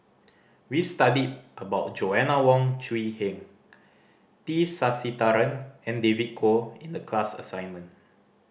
we studied about Joanna Wong Quee Heng T Sasitharan and David Kwo in the class assignment